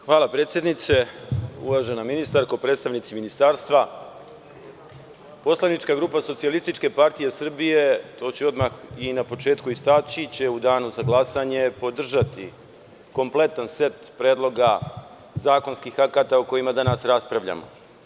Hvala predsednice, uvažena ministarko, predstavnici ministarstva, poslanička grupa SPS, to ću odmah i na početku istaći, u danu za glasanje podržaće kompletan set predloga zakonskih akata o kojima danas raspravljamo.